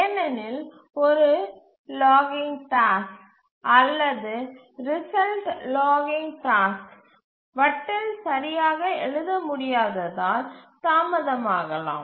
ஏனெனில் ஒரு லாகிங் செய்யும் டாஸ்க் ஈவண்ட் லாகிங் டாஸ்க் அல்லது ரிசல்ட் லாகிங் டாஸ்க் வட்டில் சரியாக எழுத முடியாததால் தாமதமாகலாம்